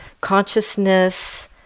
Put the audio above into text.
consciousness